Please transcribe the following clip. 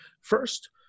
First